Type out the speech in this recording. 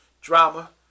drama